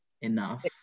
enough